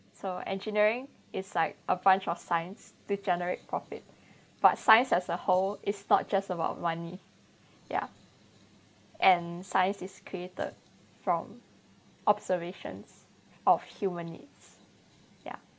so engineering is like a branch of science to generate profit but science as a whole is not just about money ya and science is created from observations of human needs ya